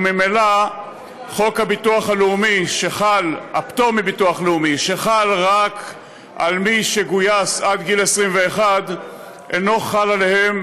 וממילא הפטור מביטוח לאומי שחל רק על מי שגויס עד גיל 21 אינו חל עליהם,